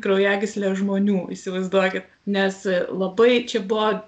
kraujagysle žmonių įsivaizduokit nes labai čia buvo